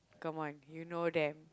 come on you know them